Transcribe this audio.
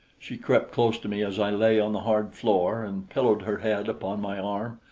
she crept close to me as i lay on the hard floor and pillowed her head upon my arm.